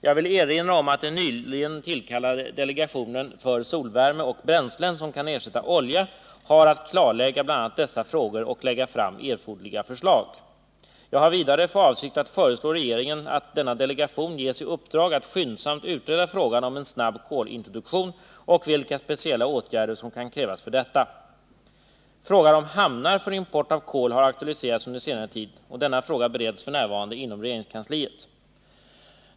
Jag vill erinra om att den nyligen tillkallade delegationen för solvärme och bränslen som kan ersätta olja har att klarlägga bl.a. dessa frågor och lägga fram erforderliga förslag. Jag har vidare för avsikt att föreslå regeringen att delegationen ges i uppdrag att skyndsamt utreda frågan om en snabb kolintroduktion och vilka speciella åtgärder som kan krävas för detta. Frågan om hamnar för import av kol har aktualiserats under senare tid. Denna fråga bereds f. n. inom regeringskansliet.